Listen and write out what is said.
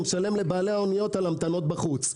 הוא משלם לבעלי האוניות על המתנות בחוץ.